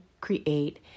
create